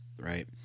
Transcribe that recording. Right